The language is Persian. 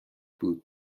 بود